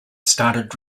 started